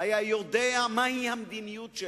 היה יודע מהי המדיניות שלו,